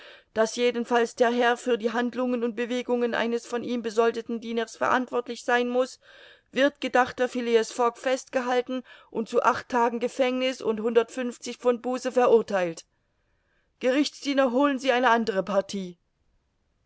daß jedenfalls der herr für die handlungen und bewegungen eines von ihm besoldeten dieners verantwortlich sein muß wird gedachter phileas fogg festgehalten und zu acht tagen gefängniß und hundertfünfzig pfund buße verurtheilt gerichtsdiener holen sie eine andere partie